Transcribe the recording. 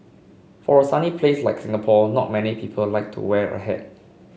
for a sunny place like Singapore not many people like to wear a hat